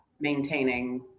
maintaining